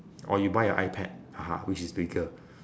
or you buy a ipad haha which is bigger